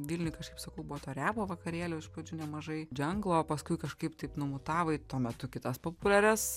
vilniuj kažkaip sakau buvo to repo vakarėlių iš pradžių nemažai dženglo paskui kažkaip taip numutav į tuo metu kitas populiarias